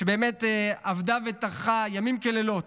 שעבדה וטרחה ימים ולילות,